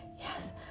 yes